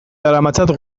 daramatzat